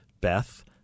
Beth